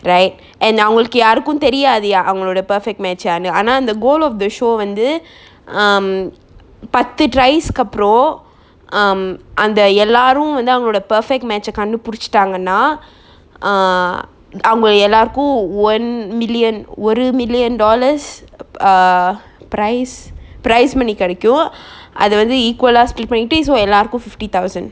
right and அவங்களுக்கு யாருக்கும் தெரியாது அவங்களோட:avangalukku yarukkum theriyathu avangaloda perfect match யாருன்னு ஆனா அந்த:yarunnu aana antha goal of the show வந்து:vanthu um பத்து:pathu tries கு அப்புறம்:ku appuram um அந்த எல்லாரும் வந்து அவங்களோட:antha ellarum vanthu avangaloda perfect match ah கண்டுபுடிச்சிடாங்கனா:kandupudichitangana err அவங்க எல்லார்க்கும்:avanga ellarkkum one million ஒரு:oru million dollars err prize prize money கெடைக்கும் அது வந்து:kedaikum athu vanthu equal ah split பண்ணிட்டு:pannittu it's why எல்லாருக்கும்:ellarukkum fifty thousand